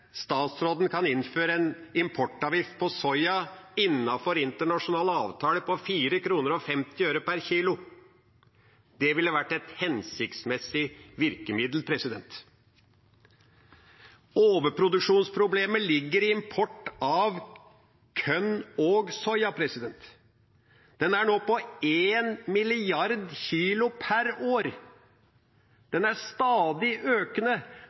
Statsråden kan innføre en importavgift på soya innenfor internasjonale avtaler på 4,50 kr per kilo. Det ville vært et hensiktsmessig virkemiddel. Overproduksjonsproblemet ligger i import av korn og soya, den er nå på 1 mrd. kilo per år. Den er stadig økende,